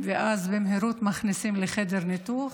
ואז במהירות מכניסים לחדר ניתוח,